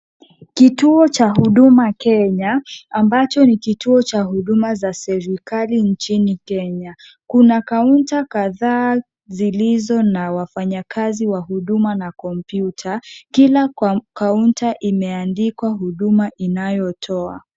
Kituo cha Huduma Kenya ambacho ni kituo cha huduma za serikali nchini Kenya. Kuna kaunta kadhaa zilizo na wafanyakazi wa huduma na kompyuta. Kila kaunta imeandikwa huduma inayotoa.